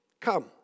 come